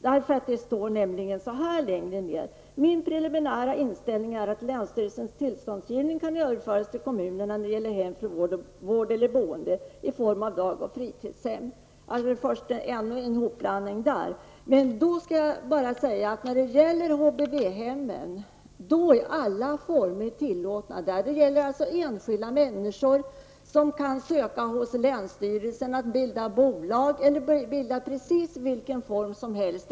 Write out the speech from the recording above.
Det står nämligen så här längre ned: ''Min preliminära inställning är att länsstyrelsens tillståndsgivning kan överföras till kommunerna när det gäller hem för vård eller boende i form av dag och fritidshem.'' Här är det ju en hopblandning. När det gäller HVB-hemmen är alla former tillåtna. Det gäller enskilda människor som kan ansöka hos länsstyrelsen om att få bilda bolag eller vilken företagsform som helst.